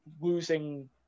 losing –